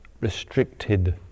restricted